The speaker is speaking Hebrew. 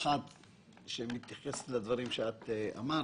אחת שמתייחסת לדברים שאת אמרת.